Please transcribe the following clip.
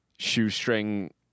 shoestring